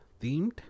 themed